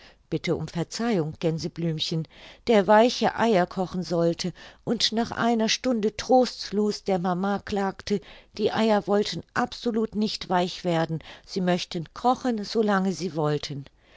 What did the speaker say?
bitte um verzeihung gänseblümchen der weiche eier kochen sollte und nach einer stunde trostlos der mama klagte die eier wollten absolut nicht weich werden sie möchten kochen so lange sie wollten